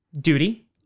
Duty